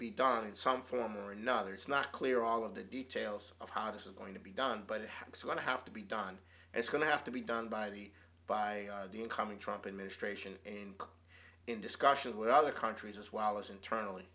be done in some form or another it's not clear all of the details of how this is going to be done but it's going to have to be done and it's going to have to be done by the by the incoming tromping ministration and in discussions with other countries as well as internally